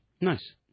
Nice